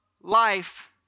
life